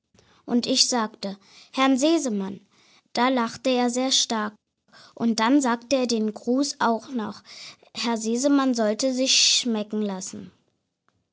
und ich sagte herrn sesemann da lachte er sehr stark und dann sagte er den gruß und auch noch herr sesemann solle sich's schmecken lassen